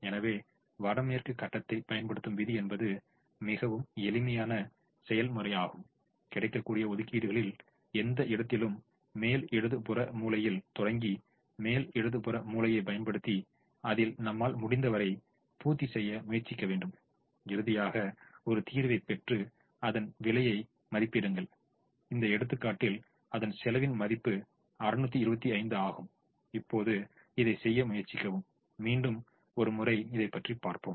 எனவே வடமேற்கு கட்டத்தை பயன்படுத்தும் விதி என்பது மிகவும் எளிமையான செயல்முறையாகும் கிடைக்கக்கூடிய ஒதுக்கீடுகளில் எந்த இடத்திலும் மேல் இடது புற மூலையில் தொடங்கி மேல் இடது புற மூலையை பயன்படுத்தி அதில் நம்மால் முடிந்தவரை பூர்த்தி செய்ய முயற்சி வேண்டும் இறுதியாக ஒரு தீர்வைப் பெற்று அதன் விலையை மதிப்பிடுங்கள் இந்த எடுத்துக்காட்டில் அதன் செலவின் மதிப்பு 625 ஆகும் இப்போது இதைச் செய்ய முயற்சிக்கவும் மீண்டும் ஒரு முறை இதை பற்றி பார்ப்போம்